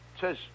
says